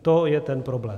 To je ten problém.